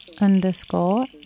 underscore